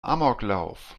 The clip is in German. amoklauf